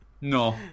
No